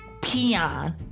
peon